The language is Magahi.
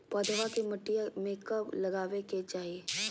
पौधवा के मटिया में कब लगाबे के चाही?